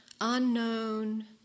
unknown